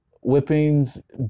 whippings